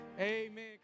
Amen